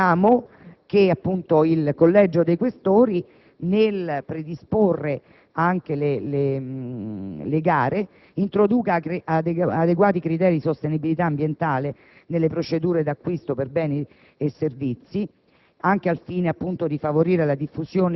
Quindi, chiediamo che il Collegio dei senatori Questori nel predisporre le gare introduca adeguati livelli di sostenibilità ambientale nelle procedure di acquisto per beni e servizi,